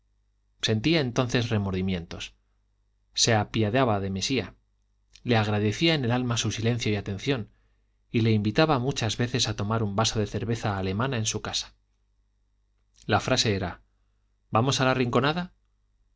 sentía entonces remordimientos se apiadaba de mesía le agradecía en el alma su silencio y atención y le invitaba muchas veces a tomar un vaso de cerveza alemana en su casa la frase era vamos a la rinconada